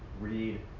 read